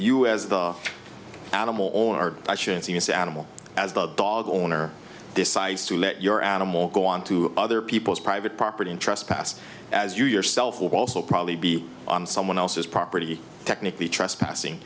you as the animal or i shouldn't see this animal as the dog owner decides to let your animal go on to other people's private property and trespass as you yourself would also probably be on someone else's property technically trespassing